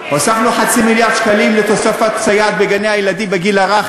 הוספנו חצי מיליארד שקלים לתוספת סייעת בגני-הילדים לגיל הרך,